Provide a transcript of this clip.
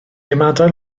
ymadael